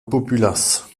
populace